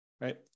right